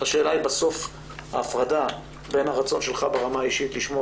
השאלה היא בסוף ההפרדה בין הרצון שלך ברמה האישית לשמור